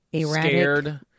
scared